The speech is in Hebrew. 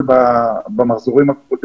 הייעוץ.